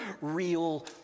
real